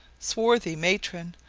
swarthy matron,